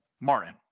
Martin